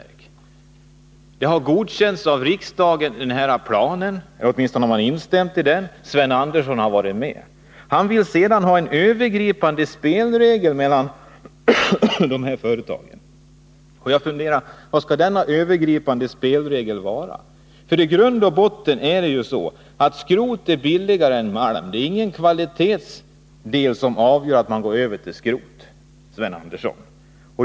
Den planen har godkänts av riksdagen — åtminstone har riksdagen tillstyrkt den, och Sven Andersson har varit med om det. Nu vill Sven Andersson ha till stånd en övergripande spelregel mellan företagen. Vad skall denna övergripande spelregel innehålla? I grund och botten är det så att skrot är billigare än malm. Det är inte kvalitetsskäl som gör att man går över till skrot, Sven Andersson.